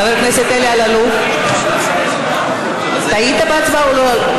חבר הכנסת אלי אלאלוף, היית בהצבעה?